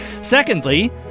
Secondly